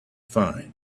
find